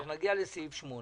אנחנו נגיע לסעיף 8